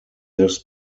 this